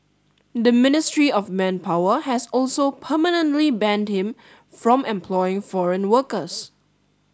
the Ministry of Manpower has also permanently banned him from employing foreign workers